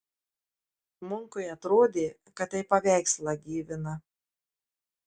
munkui atrodė kad tai paveikslą gyvina